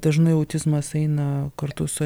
dažnai autizmas eina kartu su